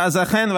אז אכן,